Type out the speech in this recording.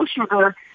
sugar